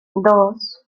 dos